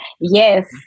Yes